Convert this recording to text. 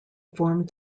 formed